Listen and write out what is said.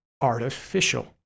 artificial